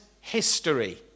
history